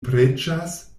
preĝas